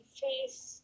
face